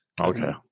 okay